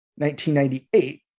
1998